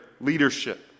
leadership